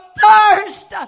thirst